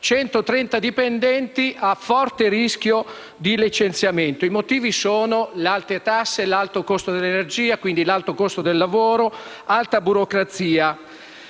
dipendenti sono a forte rischio di licenziamento; i motivi sono le alte tasse e l'alto costo dell'energia (quindi l'alto costo del lavoro) e l'alta burocrazia.